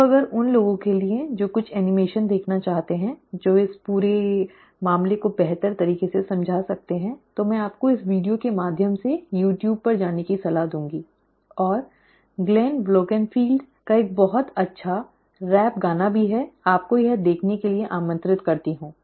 तो अगर उन लोगों के लिए जो कुछ एनिमेशन देखना चाहते हैं जो इस पूरे मामले को बेहतर तरीके से समझा सकते हैं तो मैं आपको इस वीडियो के माध्यम से youtube पर जाने की सलाह दूंगी और ग्लेन वोल्केनफील्ड का एक बहुत अच्छा मजेदार रैप गाना भी है आपको यह देखने के लिए आमंत्रित करती हूं